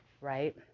Right